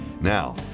Now